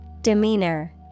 Demeanor